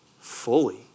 fully